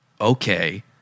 okay